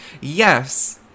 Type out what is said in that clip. Yes